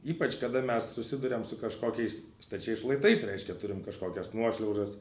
ypač kada mes susiduriam su kažkokiais stačiais šlaitais reiškia turim kažkokias nuošliaužas